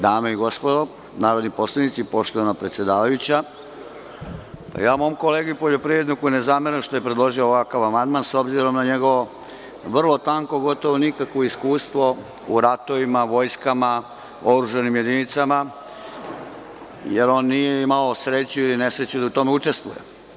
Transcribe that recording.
Dame i gospodo narodni poslanici, poštovana predsedavajuća, mom kolegi poljoprivredniku ne zameram što je predložio ovakav amandman, s obzirom na njegovo vrlo tanko, gotovo nikakvo iskustvo u ratovima, vojskama, oružanim jedinicama, jer on nije imao sreću ili nesreću da u tome učestvuje.